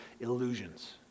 illusions